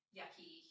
yucky